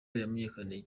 yamenyekanye